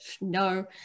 no